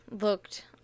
looked